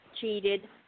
cheated